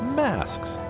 masks